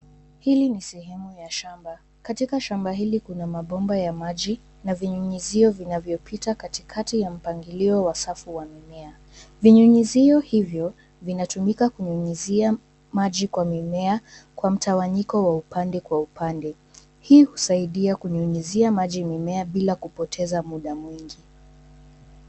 Hili ni sehemu ya shamba katika shamba hili kuna mabomba ya maji na vinyunyizio vinavyopita katikati ya mpangilio wa safu za mimea. Vinyunyizio hivyo vinatumika kunanyunyizia maji kwa mimea kwa mtawanyiko wa upande kwa upande, hii husaidia kunyunyizia maji mimea bila kupoteza muda mwingi.